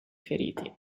feriti